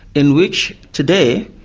in which, today,